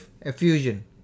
effusion